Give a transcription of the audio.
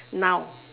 now